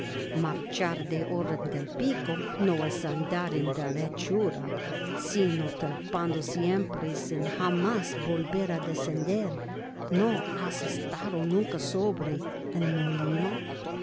marchar de orden del pico no es andar en derechura sino trepando siempre sin jamás volvr á descender no has estado nunca sobre el molino